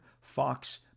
Fox